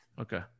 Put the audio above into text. Okay